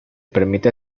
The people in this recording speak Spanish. permite